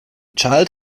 child